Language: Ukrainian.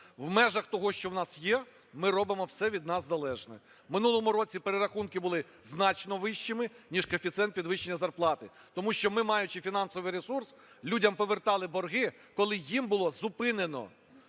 В межах того, що в нас є, ми робимо все від нас залежне. В минулому році перерахунки були значно вищими, ніж коефіцієнт підвищення зарплати, тому що ми, маючи фінансовий ресурс, людям повертали борги, коли їм було зупинено